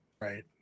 Right